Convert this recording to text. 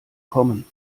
kommen